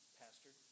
pastor